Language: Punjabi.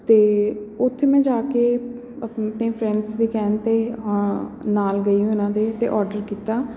ਅਤੇ ਉੱਥੇ ਮੈਂ ਜਾ ਕੇ ਆਪਣੇ ਫਰੈਂਡਸ ਦੇ ਕਹਿਣ 'ਤੇ ਨਾਲ ਗਈ ਉਨ੍ਹਾਂ ਦੇ ਅਤੇ ਔਡਰ ਕੀਤਾ